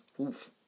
oof